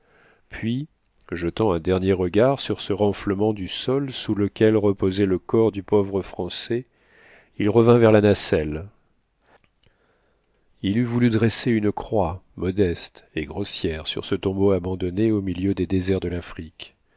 puis jetant un dernier regard sur ce renflement du sol sous lequel reposait le corps du pauvre français il revint vers la nacelle il eût voulu dresser une croix modeste et grossière sur ce tombeau abandonné au milieu des déserts de l'afrique